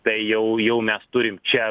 tai jau jau mes turim čia